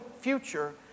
future